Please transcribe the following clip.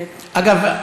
אגב,